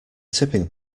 tipping